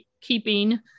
keeping